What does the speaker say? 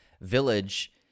village